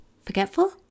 forgetful